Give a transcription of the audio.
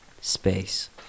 space